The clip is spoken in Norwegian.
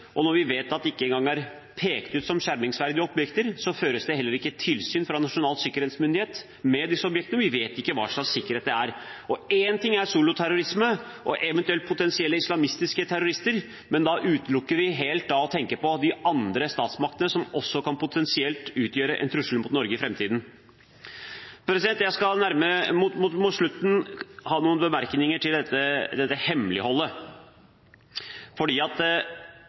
og når vi vet at de ikke engang er pekt ut som skjermingsverdige objekter, fører heller ikke Nasjonal sikkerhetsmyndighet tilsyn med disse objektene. Vi vet ikke hva slags sikkerhet det er. Én ting er soloterrorisme og eventuelt islamistiske terrorister, men da utelukker vi helt å tenke på de andre statsmaktene som potensielt også kan utgjøre en trussel mot Norge i framtiden. Mot slutten har jeg noen bemerkninger til hemmeligholdet, for hemmeligholdet er noe vi egentlig ikke kan leve med, og som regjeringen har skapt rundt dette sammendraget. La meg bare legge til grunn at